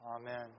Amen